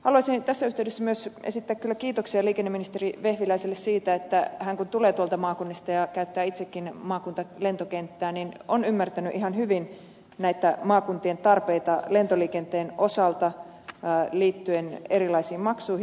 haluaisin tässä yhteydessä myös esittää kyllä kiitoksia liikenneministeri vehviläiselle siitä että hän kun tulee tuolta maakunnista ja käyttää itsekin maakuntalentokenttää on ymmärtänyt ihan hyvin näitä maakuntien tarpeita lentoliikenteen osalta liittyen erilaisiin maksuihin